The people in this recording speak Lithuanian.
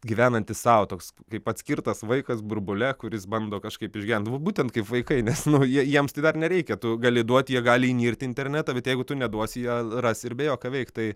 gyvenantis sau toks kaip atskirtas vaikas burbule kuris bando kažkaip išgyvendavo va būtent kaip vaikai nes nu jie jiems tai dar nereikia tu gali duot jie gali įnirt į internetą bet jeigu tu neduosi jie ras ir be jo ką veikt tai